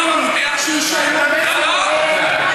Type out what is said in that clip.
החיילים הצעירים שישלמו בחייהם ישלמו לשווא,